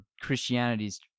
Christianity's